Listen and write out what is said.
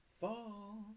fall